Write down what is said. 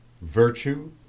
Virtue